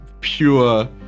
pure